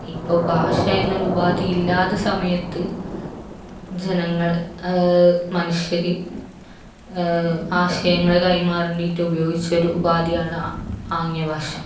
ഇപ്പോൾ ഭാഷയെന്ന ഒരു ഉപധിയില്ലാത്ത സമയത്ത് ജനങ്ങൾ മനുഷ്യര് ആശയങ്ങള് കൈമാറാൻ വേണ്ടിയിട്ട് ഉപയോഗിച്ച ഒരു ഉപാധിയാണ് ആംഗ്യ ഭാഷ